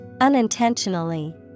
Unintentionally